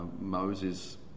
moses